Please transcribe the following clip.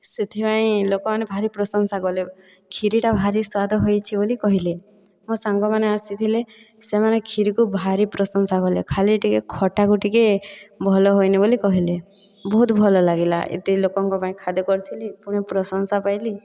ସେଥି ପାଇଁ ଲୋକମାନେ ଭାରି ପ୍ରଶଂସା କଲେ କ୍ଷିରିଟା ଭାରି ସ୍ଵାଦ ହୋଇଛି ବୋଲି କହିଲେ ମୋ' ସାଙ୍ଗମାନେ ଆସିଥିଲେ ସେମାନେ କ୍ଷିରିକୁ ଭାରି ପ୍ରଶଂସା କଲେ ଖାଲି ଟିକେ ଖଟାକୁ ଟିକେ ଭଲ ହୋଇନାହିଁ ବୋଲି କହିଲେ ବହୁତ ଭଲ ଲାଗିଲା ଏତେ ଲୋକଙ୍କ ପାଇଁ ଖାଦ୍ୟ କରିଥିଲି ପୁଣି ପ୍ରଶଂସା ପାଇଲି